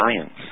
science